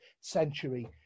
century